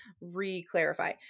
re-clarify